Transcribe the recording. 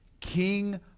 King